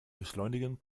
beschleunigen